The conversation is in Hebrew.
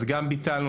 אז גם ביטלנו,